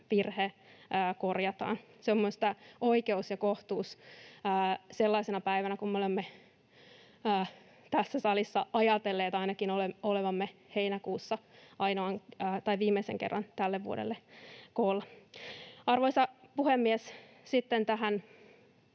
virhe korjataan. Se on minusta oikeus ja kohtuus sellaisena päivänä, kun me olemme tässä salissa — ainakin ajatelleet olevamme — heinäkuussa viimeisen kerran tällä kaudella koolla. Arvoisa puhemies! Sitten tähän